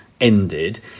ended